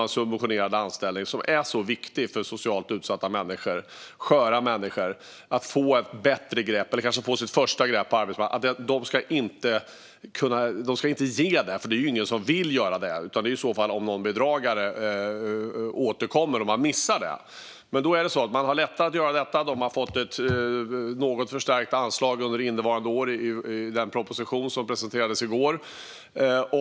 En subventionerad anställning - som är så viktig för socialt utsatta människor, sköra människor, för att de ska få bättre fotfäste eller kanske ta sitt första steg in på arbetsmarknaden - ska man inte ge felaktigt. Och det är ju ingen arbetsförmedlare som vill göra det, utan det är i så fall om någon bedragare återkommer och man missar det. Men nu har man lättare att göra rätt. Man har fått ett något förstärkt anslag under innevarande år i den proposition som presenterades i går.